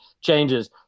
changes